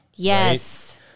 yes